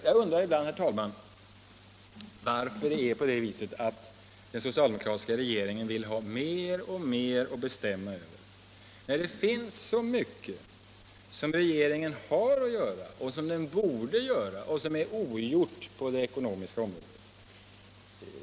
Jag undrar ibland, herr talman, varför den socialdemokratiska regeringen vill ha mer och mer att bestämma över när det finns så mycket som regeringen borde göra och som är ogjort på det ekonomiska området.